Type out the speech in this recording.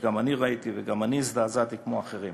וגם אני ראיתי וגם אני הזדעזעתי כמו אחרים.